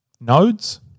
nodes